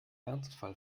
ernstfall